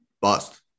Bust